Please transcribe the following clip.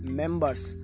members